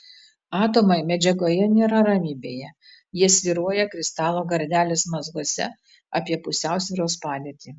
atomai medžiagoje nėra ramybėje jie svyruoja kristalo gardelės mazguose apie pusiausvyros padėtį